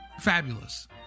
fabulous